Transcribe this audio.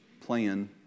plan